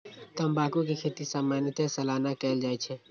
तंबाकू के खेती सामान्यतः सालाना कैल जाइ छै